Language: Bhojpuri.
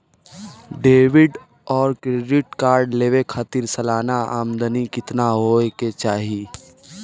डेबिट और क्रेडिट कार्ड लेवे के खातिर सलाना आमदनी कितना हो ये के चाही?